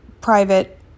private